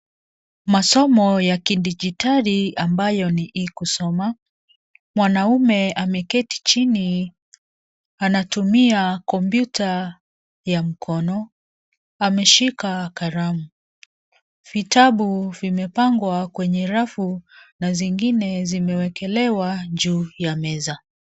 Masomo ya kidijitali ambayo ni kusoma. Mwanaume ameketi chini anatumia kompyuta ya mkono. Ameshika kalamu. Vitabu vimepangwa kwenye rafu na zingine zimewekelewa juu ya meza.